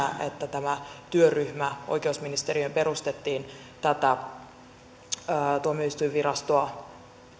että tämä työryhmä oikeusministeriöön perustettiin tätä tuomioistuinvirastoa